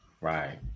right